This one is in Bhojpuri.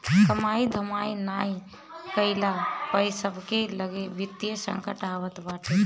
कमाई धमाई नाइ कईला पअ सबके लगे वित्तीय संकट आवत बाटे